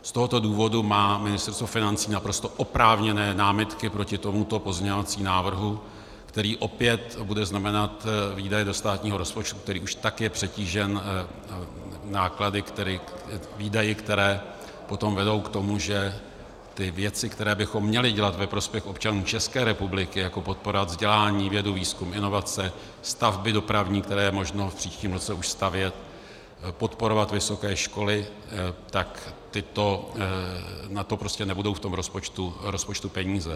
Z tohoto důvodu má Ministerstvo financí naprosto oprávněné námitky proti tomuto pozměňovacímu návrhu, který opět bude znamenat výdaje do státního rozpočtu, který už tak je přetížen výdaji, které potom vedou k tomu, že ty věci, které bychom měli dělat ve prospěch občanů České republiky, jako podporovat vzdělání, vědu, výzkum, inovace, stavby dopravní, které je možno v příštím roce už stavět, podporovat vysoké školy, tak na to prostě nebudou v tom rozpočtu peníze.